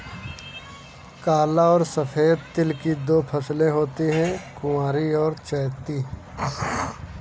काला और सफेद तिल की दो फसलें होती है कुवारी और चैती